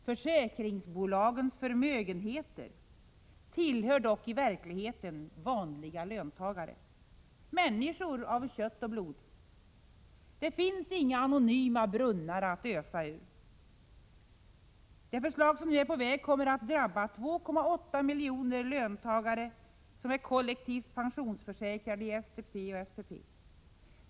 ”Försäkringsbolagens förmögenheter” tillhör dock i verkligheten vanliga löntagare — människor av kött och blod. Det finns inga anonyma brunnar att ösa ur. Det förslag som nu är på väg kommer att drabba de 2,8 miljoner löntagare som är kollektivt pensionsförsäkrade i STP och SPP.